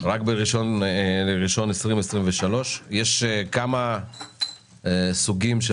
רק ב-1 בינואר 2023. יש כמה סוגים של